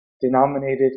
denominated